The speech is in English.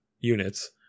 units